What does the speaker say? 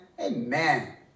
Amen